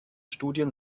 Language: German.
studien